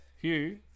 Hugh